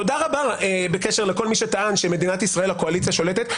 תודה רבה לכל מי שטען שבמדינת ישראל הקואליציה שולטת.